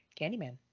Candyman